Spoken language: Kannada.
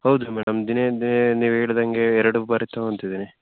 ಹೌದು ಮೇಡಮ್ ದಿನೇ ದಿನೇ ನೀವು ಹೇಳಿದ ಹಾಗೆ ಎರಡು ಬಾರಿ ತೊಗೊತಿದೀನಿ